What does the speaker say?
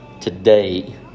today